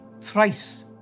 thrice